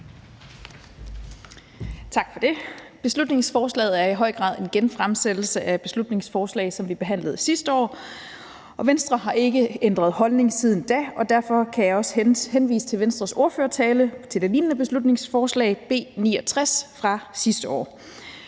Tak for det. Beslutningsforslaget er i høj grad en genfremsættelse af et beslutningsforslag, som vi behandlede sidste år, og Venstre har ikke ændret holdning siden da. Derfor kan jeg også henvise til Venstres ordførertale til det lignende beslutningsforslag, B 69, fra sidste år.